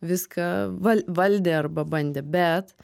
viską val valdė arba bandė bet